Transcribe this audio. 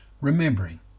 remembering